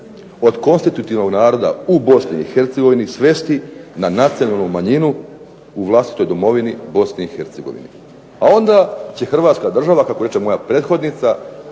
od konstitutivnog naroda u Bosni i Hercegovini svesti na nacionalnu manjinu u vlastitoj domovini Bosni i Hercegovini a onda će Hrvatska država kako reče moja prethodnica